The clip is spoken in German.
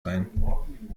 sein